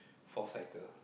fourth cycle